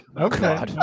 Okay